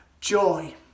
joy